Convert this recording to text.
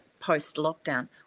post-lockdown